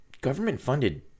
government-funded